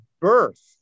birth